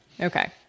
Okay